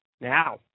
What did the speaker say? now